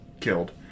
killed